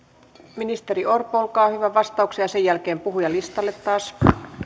ministeri orpo olkaa hyvä vastaukseen ja sen jälkeen puhujalistalle taas